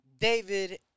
David